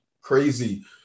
crazy